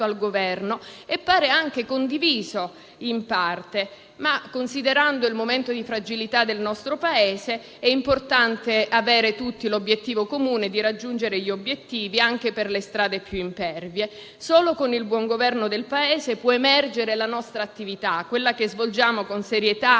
al Governo e - sembra - anche condiviso in parte. Considerando il momento di fragilità del nostro Paese, è importante avere tutti l'obiettivo comune di raggiungere gli scopi, anche per le strade più impervie. Solo con il buon governo del Paese può emergere la nostra attività, quella che svolgiamo con serietà